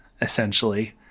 essentially